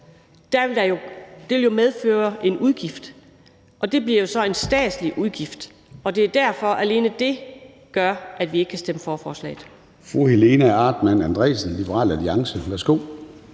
få, vil medføre en udgift, og det bliver så en statslig udgift. Det er derfor, at alene det gør, at vi ikke kan stemme for forslaget.